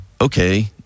okay